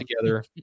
together